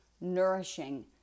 nourishing